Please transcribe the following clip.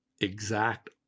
exact